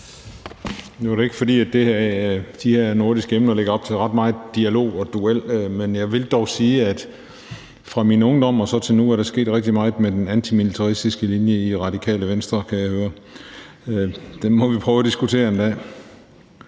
Nu er det ikke, fordi de her nordiske emner lægger op til ret meget dialog og duel. Men jeg vil dog sige, at fra min ungdom og til nu er der sket rigtig meget med den antimilitaristiske linje i Radikale Venstre – kan jeg høre. Det må vi prøve at diskutere en dag.